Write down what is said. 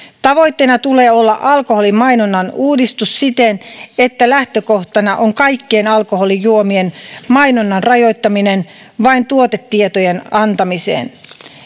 tavoitteena tulee olla alkoholin mainonnan uudistus siten että lähtökohtana on kaikkien alkoholijuomien mainonnan rajoittaminen vain tuotetietojen antamiseen